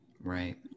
Right